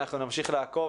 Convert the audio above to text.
אנחנו נמשיך לעקוב,